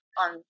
On